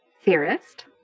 theorist